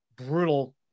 brutal